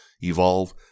evolve